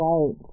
Right